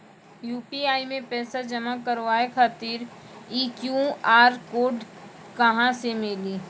UPI मे पैसा जमा कारवावे खातिर ई क्यू.आर कोड कहां से मिली?